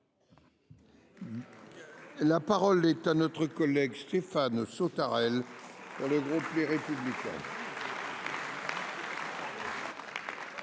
La parole est à M. Stéphane Sautarel, pour le groupe Les Républicains.